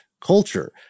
culture